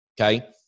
okay